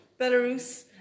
Belarus